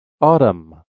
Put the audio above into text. Autumn